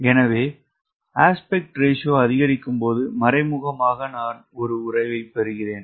எனவே விகித விகிதம் அதிகரிக்கும் போது மறைமுகமாக நான் ஒரு உறவைப் பெறுகிறேன்